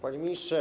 Panie Ministrze!